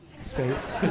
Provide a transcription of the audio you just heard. Space